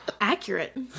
Accurate